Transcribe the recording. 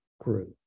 grew